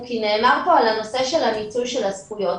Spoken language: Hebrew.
כי נאמר פה על הנושא של מיצוי הזכויות.